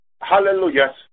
hallelujah